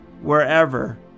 wherever